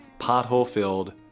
pothole-filled